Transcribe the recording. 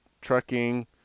trucking